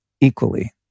equally